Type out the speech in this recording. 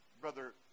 Brother